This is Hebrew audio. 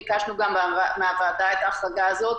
וביקשנו גם מהוועדה את ההחרגה הזאת,